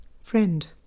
Friend